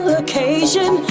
occasion